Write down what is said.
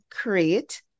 create